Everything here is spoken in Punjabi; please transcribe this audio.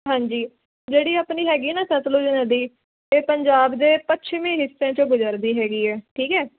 ਹਾਂਜੀ ਜਿਹੜੀ ਆਪਣੀ ਹੈਗੀ ਨਾ ਸਤਲੁਜ ਨਦੀ ਇਹ ਪੰਜਾਬ ਦੇ ਪੱਛਮੀ ਹਿੱਸਿਆਂ 'ਚੋਂ ਗੁਜ਼ਰਦੀ ਹੈਗੀ ਹੈ ਠੀਕ ਹੈ